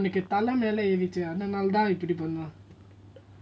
அவனுக்குதலைமேலஏறிட்டுஅதனாலதான்இப்டிபண்ணுவான்:avanuku thala mela eritu adhanalathan ipdi pannuvan